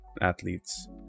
athletes